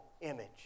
image